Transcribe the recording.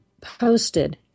posted